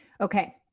Okay